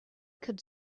could